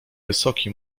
wysoki